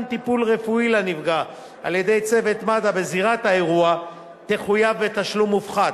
טיפול רפואי לנפגע על-ידי צוות מד"א בזירת האירוע תחויב בתשלום מופחת.